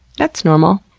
that's normal.